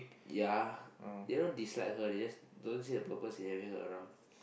ya they don't dislike her they just don't see the purpose in having around